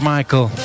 Michael